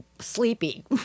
Sleepy